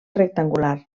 rectangular